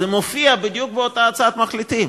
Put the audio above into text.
זה מופיע בדיוק באותה הצעת מחליטים.